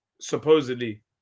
supposedly